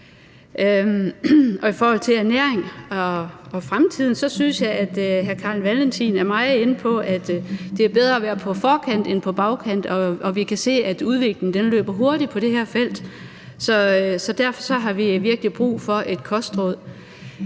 Og i forhold til ernæring i fremtiden er hr. Carl Valentin meget inde på, at det er bedre at være på forkant end på bagkant, og at vi kan se, at udviklingen løber hurtigt på det her felt. Så derfor har vi virkelig brug for kostråd